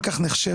כל כך נחשבת,